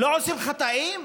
לא עושים חטאים?